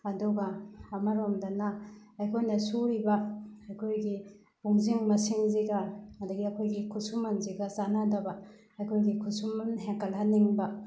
ꯑꯗꯨꯒ ꯑꯃꯔꯣꯝꯗꯅ ꯑꯩꯈꯣꯏꯅ ꯁꯨꯔꯤꯕ ꯑꯩꯈꯣꯏꯒꯤ ꯄꯨꯡꯁꯤꯡ ꯃꯁꯤꯡꯁꯤꯒ ꯑꯗꯒꯤ ꯑꯩꯈꯣꯏꯒꯤ ꯈꯨꯠꯁꯨꯃꯟꯁꯤꯒ ꯆꯥꯟꯅꯗꯕ ꯑꯩꯈꯣꯏꯒꯤ ꯈꯨꯠꯁꯨꯃꯟ ꯍꯦꯟꯀꯠꯍꯟꯅꯤꯡꯕ